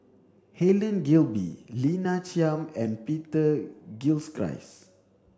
Helen Gilbey Lina Chiam and Peter Gilchrist